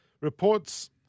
reports